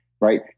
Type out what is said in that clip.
right